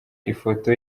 ifoto